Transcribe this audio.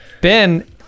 Ben